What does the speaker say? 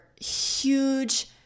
huge